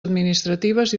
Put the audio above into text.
administratives